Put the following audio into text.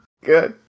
good